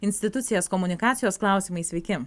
institucijas komunikacijos klausimais sveiki